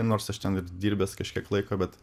nors aš ten ir dirbęs kažkiek laiko bet